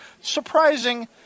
surprising